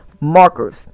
markers